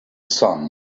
sun